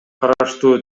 караштуу